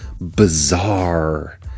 bizarre